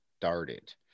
started